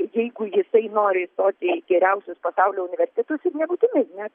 jeigu jisai nori įstoti į geriausius pasaulio universitetus ir nebūtinai ne